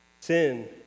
Sin